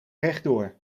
rechtdoor